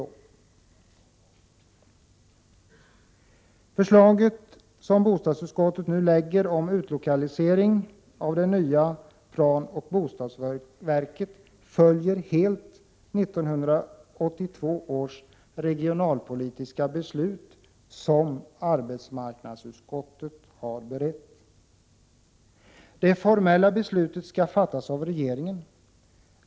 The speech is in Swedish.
Det förslag som bostadsutskottet nu lagt fram om lokalisering av det nya planoch bostadsverket följer helt 1982 års regionalpolitiska beslut, som arbetsmarknadsutskottet har berett. Det formella beslutet skall fattas av regeringen.